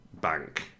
bank